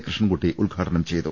കൃഷ്ണൻകുട്ടി ഉൽഘാടനം ചെയ്തു